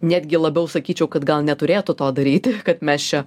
netgi labiau sakyčiau kad gal neturėtų to daryti kad mes čia